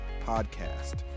podcast